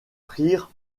prirent